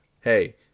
Hey